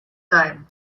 time